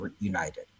united